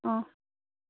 অঁ